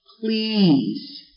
please